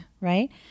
right